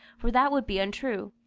for that would be untrue,